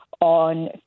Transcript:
on